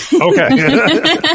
Okay